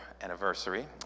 anniversary